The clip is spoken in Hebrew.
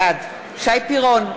בעד שי פירון,